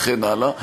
וכן הלאה.